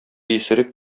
исерек